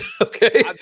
okay